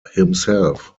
himself